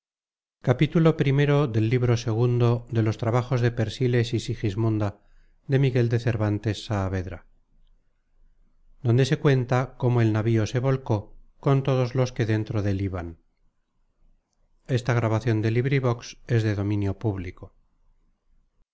libro donde se cuenta cómo el navío se volcó con todos los que dentro dél iban